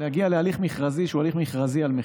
להגיע להליך מכרזי, שהוא הליך מכרזי על מחיר,